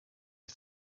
ist